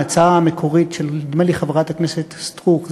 ההצעה המקורית של חברת הכנסת סטרוק,